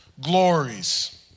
glories